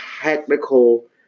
technical